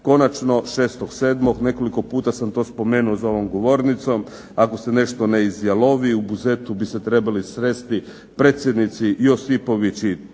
Konačno 6.7., nekoliko puta sam to spomenuo za ovom govornicom, ako se nešto ne izjalovi, u Buzetu bi se trebali sresti predsjednici Josipović